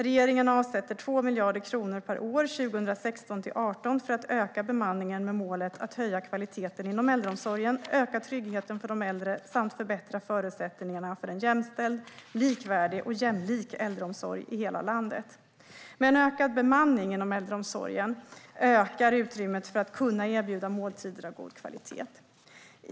Regeringen avsätter 2 miljarder kronor per år 2016-2018 för att öka bemanningen med målet att höja kvaliteten inom äldreomsorgen, öka tryggheten för de äldre samt förbättra förutsättningarna för en jämställd, likvärdig och jämlik äldreomsorg i hela landet. Med en ökad bemanning inom äldreomsorgen ökar utrymmet för att kunna erbjuda måltider av god kvalitet.